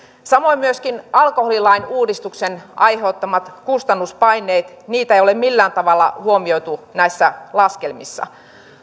samoin myöskään alkoholilain uudistuksen aiheuttamia kustannuspaineita ei ole millään tavalla huomioitu näissä laskelmissa